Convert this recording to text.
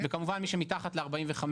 וכמובן מי שמתחת לגיל 45